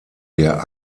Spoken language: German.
der